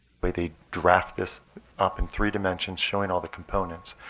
where they draft this up in three dimensions showing all the components.